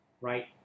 right